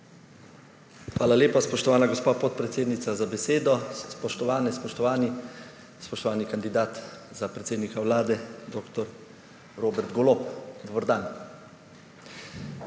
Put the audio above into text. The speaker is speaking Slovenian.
Hvala lepa, spoštovana gospa podpredsednica za besedo. Spoštovane, spoštovani! Spoštovani kandidat za predsednika Vlade dr. Robert Golob! Dober dan.